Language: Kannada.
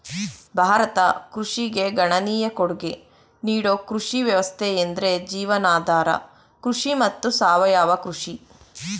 ಭಾರತ ಕೃಷಿಗೆ ಗಣನೀಯ ಕೊಡ್ಗೆ ನೀಡೋ ಕೃಷಿ ವ್ಯವಸ್ಥೆಯೆಂದ್ರೆ ಜೀವನಾಧಾರ ಕೃಷಿ ಮತ್ತು ಸಾವಯವ ಕೃಷಿ